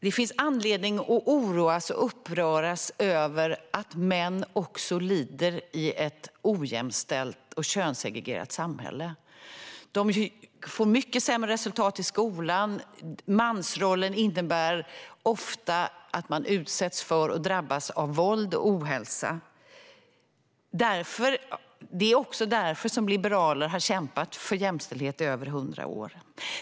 Det finns anledning att oroas och uppröras av att män också lider i ett ojämställt och könssegregerat samhälle. De får mycket sämre resultat i skolan. Mansrollen innebär ofta att man utsätts för och drabbas av våld och ohälsa. Det är också därför som liberaler har kämpat för jämställdhet i över 100 år.